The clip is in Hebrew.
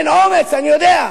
אין אומץ, אני יודע,